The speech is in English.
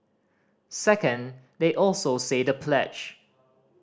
second they also say the pledge